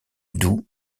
doux